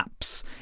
apps